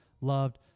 loved